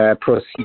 proceed